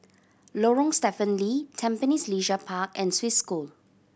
Lorong Stephen Lee Tampines Leisure Park and Swiss School